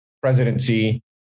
presidency